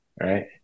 right